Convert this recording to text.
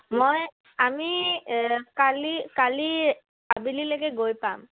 মই আমি কালি কালি আবেলিলেকে গৈ পাম